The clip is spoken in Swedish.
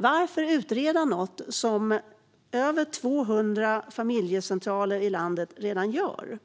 Varför ska man utreda någonting som över 200 familjecentraler i landet redan gör?